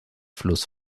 fluss